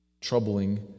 troubling